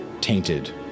tainted